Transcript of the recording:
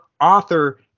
author